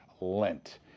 Lent